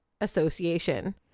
Association